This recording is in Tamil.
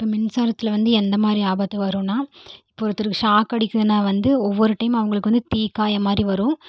மின்சாரத்தில் வந்து எந்தமாதிரி ஆபத்து வரும்ன்னா இப்போது ஒருத்தருக்கு ஷாக் அடிக்குதுனா வந்து ஒவ்வொரு டீம் அவங்களுக்கு வந்து தீ காயம் மாதிரி வரும்